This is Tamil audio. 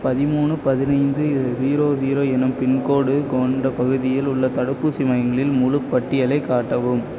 பதிமூணு பதினைந்து ஜீரோ ஜீரோ என்னும் பின்கோடு கொண்ட பகுதியில் உள்ள தடுப்பூசி மையங்களின் முழுப் பட்டியலை காட்டவும்